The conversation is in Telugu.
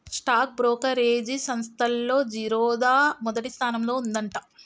స్టాక్ బ్రోకరేజీ సంస్తల్లో జిరోదా మొదటి స్థానంలో ఉందంట